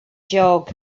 jog